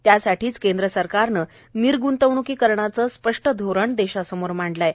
त्यासाठीच केंद्र सरकारनं निर्ग्तवण्कीकरणाचं स्पष्ट धोरण देशासमोर मांडलं आहे